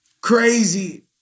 crazy